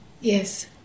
Yes